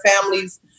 families